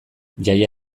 jaia